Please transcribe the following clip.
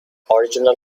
original